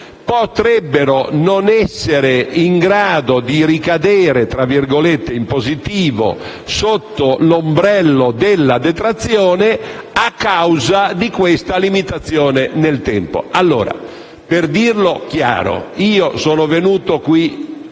potrebbe non farle ricadere in positivo sotto l'ombrello della detrazione, a causa di questa limitazione del tempo. Allora, per dirlo chiaramente, io sono venuto qui,